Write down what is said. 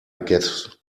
guess